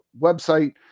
website